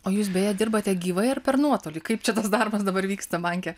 o jūs beje dirbate gyvai ar per nuotolį kaip čia tas darbas dabar vyksta banke